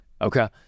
Okay